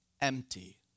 empty